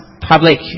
public